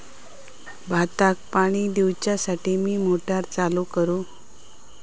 भाताक पाणी दिवच्यासाठी मी मोटर चालू करू?